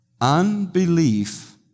unbelief